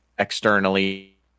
Externally